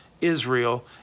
Israel